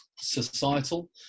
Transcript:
Societal